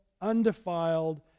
undefiled